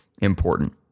important